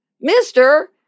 mister